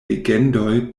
legendoj